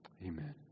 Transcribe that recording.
Amen